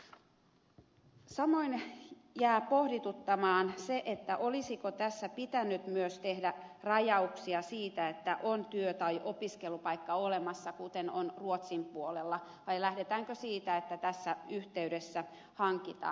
samoin jää pohdituttamaan se olisiko tässä pitänyt myös tehdä rajauksia siitä että on työ tai opiskelupaikka olemassa kuten on ruotsin puolella vai lähdetäänkö siitä että tässä yhteydessä hankitaan